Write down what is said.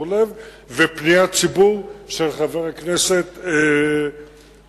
אורלב ופניית ציבור של חבר הכנסת מאגודה,